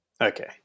Okay